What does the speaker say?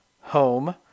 home